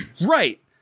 Right